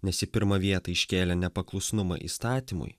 nes į pirmą vietą iškėlė nepaklusnumą įstatymui